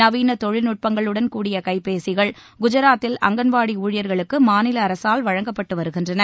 நவீள தொழில்நுட்பங்களுடன்கூடிய கைபேசிகள் குஜராத்தில் அங்கன்வாடி ஊழியர்களுக்கு மாநில அரசால் வழங்கப்பட்டு வருகின்றன